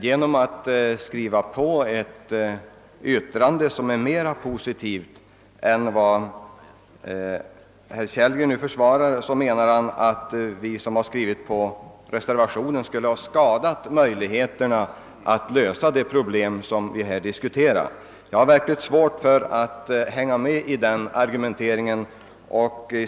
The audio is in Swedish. Genom att instämma i reservationen som är mera positiv än utskottets skrivning menar herr Kellgren att vi som står bakom reservationen skulle ha försämrat möjligheterna att lösa de problem som nu diskuteras. Jag har verkligen svårt att hänga med i denna argumentering.